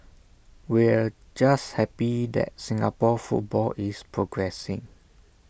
we're just happy that Singapore football is progressing